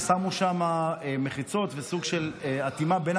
ושמו שם מחיצות וסוג של אטימה בין